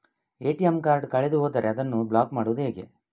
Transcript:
ATM card ಕಳೆದು ಹೋದರೆ ಅದನ್ನು ಬ್ಲಾಕ್ ಮಾಡುವುದು ಹೇಗೆ?